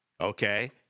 Okay